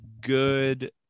good